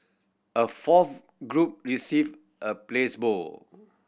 a fourth group received a placebo